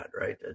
right